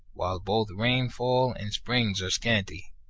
while both rainfall and springs are scanty.